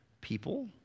people